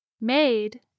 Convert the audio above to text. Made